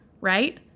Right